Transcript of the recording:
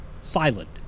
silent